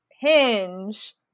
Hinge